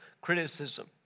criticism